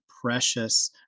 precious